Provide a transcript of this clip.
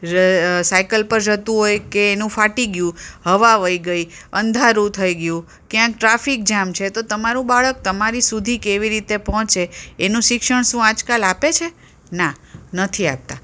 cycle પર જતું હોય કે એનું ફાટી ગયું હવા વઈ ગઈ અંધારું થઈ ગયું ક્યાંક ટ્રાફિક જામ છે તો તમારું બાળક તમારી સુધી કેવી રીતે પહોંચે એનું શિક્ષણ શું આજકાલ આપે છે ના નથી આપતા